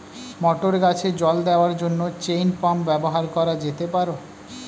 মটর গাছে জল দেওয়ার জন্য চেইন পাম্প ব্যবহার করা যেতে পার?